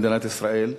במדינת ישראל,